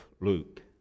Luke